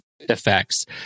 Effects